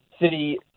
city